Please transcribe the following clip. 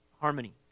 harmony